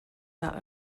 that